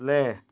play